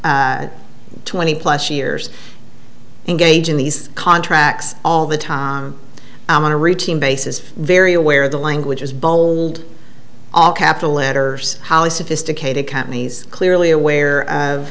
back twenty plus years engage in these contracts all the time on a routine basis very aware the language is bold all capital letters how sophisticated companies clearly aware of